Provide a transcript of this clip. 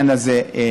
שהעניין הזה ייפתר.